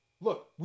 look